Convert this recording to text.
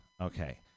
Okay